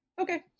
Okay